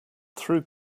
through